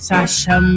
Sasha